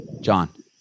john